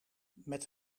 met